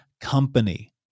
company